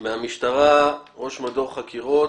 מהמשטרה, ראש מדור חקירות,